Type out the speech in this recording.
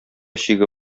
чиге